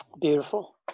Beautiful